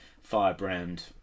firebrand